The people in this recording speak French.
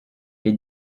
est